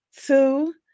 two